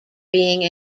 being